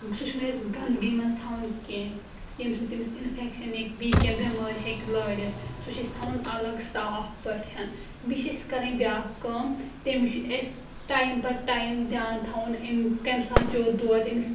سُہ چھُنہٕ اَسہِ گنٛدٕگی منٛز تھَاوُن کینٛہہ ییٚمہِ سۭتۍ تٔمِس اِنفٮ۪کشَن یا بیٚیہِ کینٛہہ بٮ۪مٲرۍ ہیٚکہِ لٲرِتھ سُہ چھُ اَسہِ تھَاوُن الگ صاف پٲٹھۍ بیٚیہِ چھِ اَسہِ کَرٕنۍ بیٛاکھ کٲم تٔمِس چھُ اَسہِ ٹایِم پتہٕ ٹایِم دیان تھَاوُن أمۍ کَمہِ ساتہٕ چیٚو دۄد أمِس